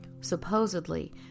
Supposedly